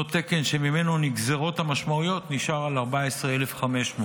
אותו תקן שממנו נגזרות המשמעויות, נשאר על 14,500,